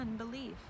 unbelief